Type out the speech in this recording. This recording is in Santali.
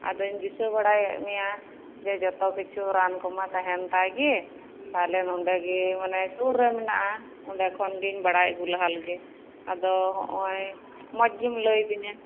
ᱟᱫᱩᱧ ᱫᱤᱥᱟᱹ ᱵᱟᱲᱟᱭᱮᱫ ᱢᱮᱭᱟ ᱡᱮ ᱡᱚᱛᱚ ᱠᱤᱪᱷᱩ ᱨᱟᱱ ᱠᱚᱢᱟ ᱛᱟᱸᱦᱮᱱ ᱛᱟᱭ ᱜᱮ ᱛᱟᱦᱚᱞᱮ ᱱᱚᱰᱮ ᱜᱮ ᱢᱟᱱᱮ ᱥᱩᱨᱮ ᱢᱮᱱᱟᱜᱼᱟ ᱚᱰᱮ ᱠᱷᱚᱱ ᱜᱮᱧ ᱵᱟᱲᱟᱭ ᱟᱹᱜᱩ ᱞᱟᱦᱟᱞᱮᱜᱮ ᱟᱫᱚ ᱦᱚᱜᱚᱭ ᱢᱚᱸᱡᱽ ᱜᱮᱢ ᱞᱟᱹᱭ ᱟᱫᱤᱧᱟ